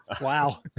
Wow